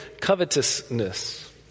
covetousness